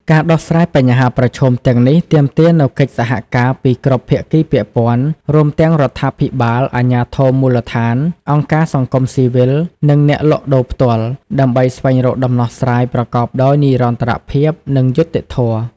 ការដោះស្រាយបញ្ហាប្រឈមទាំងនេះទាមទារនូវកិច្ចសហការពីគ្រប់ភាគីពាក់ព័ន្ធ រួមទាំងរដ្ឋាភិបាល អាជ្ញាធរមូលដ្ឋាន អង្គការសង្គមស៊ីវិល និងអ្នកលក់ដូរផ្ទាល់ ដើម្បីស្វែងរកដំណោះស្រាយប្រកបដោយនិរន្តរភាព និងយុត្តិធម៌ ។